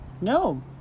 No